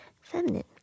feminine